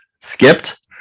skipped